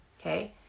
okay